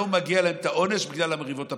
לא מגיע להם העונש בגלל המריבות הפוליטיות.